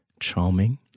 charming